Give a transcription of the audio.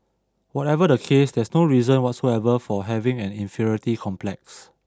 whatever the case there's no reason whatsoever for having an inferiority complex